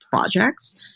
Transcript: projects